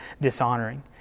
dishonoring